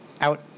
Out